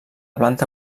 planta